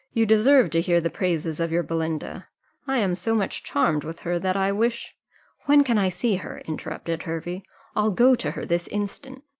you deserve to hear the praises of your belinda i am so much charmed with her, that i wish when can i see her? interrupted hervey i'll go to her this instant.